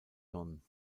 don